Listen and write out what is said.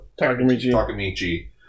Takamichi